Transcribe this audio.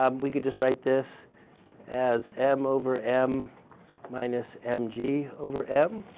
um we could just write this as m over m minus mg over m.